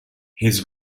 his